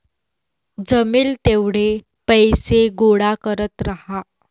जमेल तेवढे पैसे गोळा करत राहा